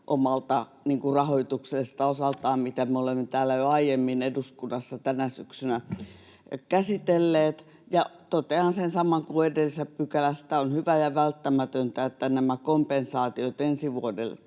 omalta rahoituksen osaltaan, mitä me olemme jo aiemmin täällä eduskunnassa tänä syksynä käsitelleet. Totean sen saman kuin edellisessä kohdassa, että tämä on hyvä ja on välttämätöntä, että nämä kompensaatiot ensi vuodelle